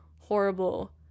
horrible